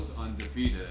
undefeated